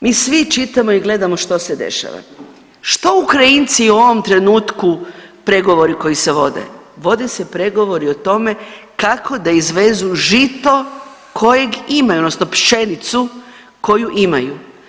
Mi svi čitamo i gledamo što se dešava, što Ukrajinci u ovom trenutku pregovori koji se vode, vode se pregovori o tome kako da izvezu žito kojeg imaju odnosno pšenicu koju imaju.